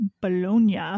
bologna